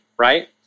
right